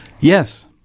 Yes